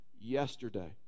yesterday